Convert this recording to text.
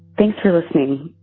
thanks for listening.